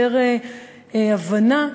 יותר הבנה לעניין.